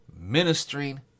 ministering